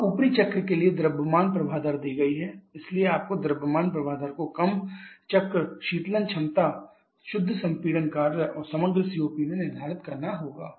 अब ऊपरी चक्र के लिए द्रव्यमान प्रवाह दर दी गई है इसलिए आपको द्रव्यमान प्रवाह दर को कम चक्र शीतलन क्षमता शुद्ध संपीड़न कार्य और समग्र COP में lower cycle cooling capacity net compression work and overall COP निर्धारित करना होगा